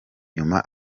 nyuma